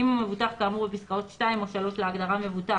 אם הוא מבוטח כאמור בפסקאות (2) או (3) להגדרה "מבוטח"